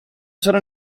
c’era